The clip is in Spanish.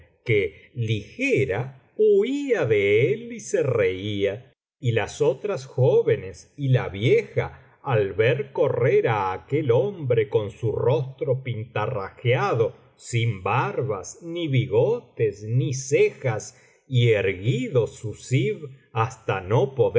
que ligera huía de él y se reía y las otras jóvenes y la vieja al ver correr á aquel hombre con su rostro pintarrajeado sin barbas ni bigotes ni cejas y erguido su zib hasta no